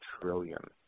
Trillion